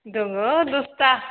दङ दसथा